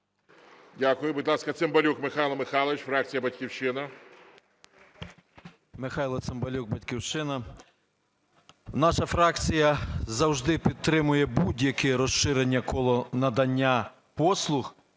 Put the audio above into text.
Дякую. Будь ласка, Цимбалюк Михайло Михайлович, фракція "Батьківщина". 12:33:53 ЦИМБАЛЮК М.М. Михайло Цимбалюк, "Батьківщина". Наша фракція завжди підтримує будь-яке розширення кола надання послуг,